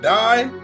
die